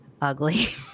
ugly